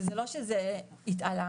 שזה לא שזה התעלמנו,